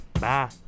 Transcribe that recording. Bye